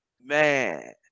man